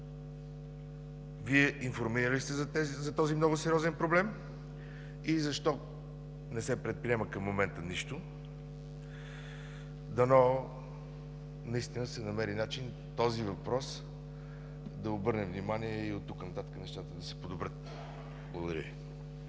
Вие информиран ли сте за този много сериозен проблем и защо към момента не се предприема нищо? Дано наистина се намери начин този въпрос да обърне внимание и от тук нататък нещата да се подобрят. Благодаря